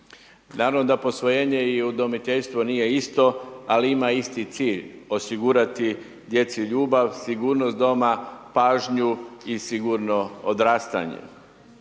Naravno da posvojenje i udomiteljstvo nije isto ali ima isti cilj osigurati djeci ljubav, sigurnost doma, pažnju i sigurno odrastanje.